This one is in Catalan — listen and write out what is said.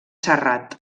serrat